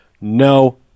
no